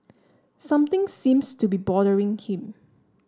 something seems to be bothering him